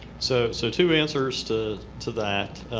so so two answers to to that.